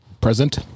Present